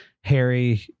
Harry